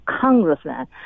congressman